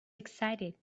excited